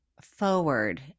forward